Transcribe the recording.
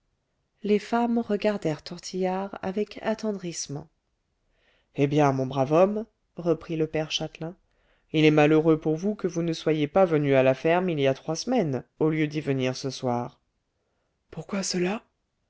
les femmes regardèrent tortillard avec attendrissement eh bien mon brave homme reprit le père châtelain il est malheureux pour vous que vous ne soyez pas venu à la ferme il y a trois semaines au lieu d'y venir ce soir pourquoi cela